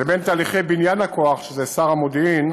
לבין תהליכי בניין הכוח, שזה שר המודיעין,